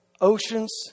oceans